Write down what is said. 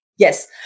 Yes